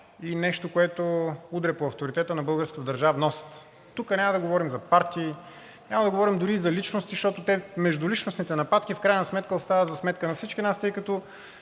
и нещо, което удря по авторитета на българската държавност. Тук няма да говорим за партии, няма да говорим дори за личности, защото междуличностните нападки в крайна сметка остават за сметка на всички нас, тъй като,